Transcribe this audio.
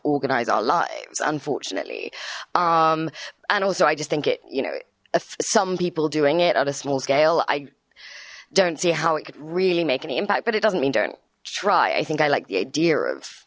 organize our lives unfortunately um and also i just think it you know some people doing it on a small scale i don't see how it could really make any impact but it doesn't mean don't try i think i like the idea of